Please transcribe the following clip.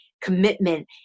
commitment